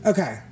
Okay